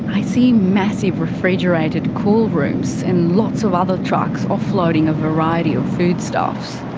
i see massive refrigerated cool rooms, and lots of other trucks offloading a variety of foodstuffs.